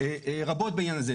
רבות בעניין הזה.